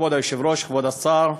כבוד היושב-ראש, כבוד השר,